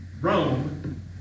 Rome